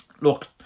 Look